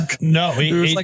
no